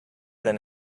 than